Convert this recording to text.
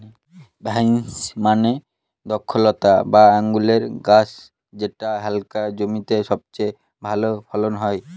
vines মানে দ্রক্ষলতা বা আঙুরের গাছ যেটা হালকা জমিতে সবচেয়ে ভালো ফলন হয়